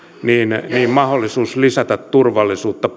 mahdollisuus lisätä turvallisuutta